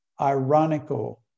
ironical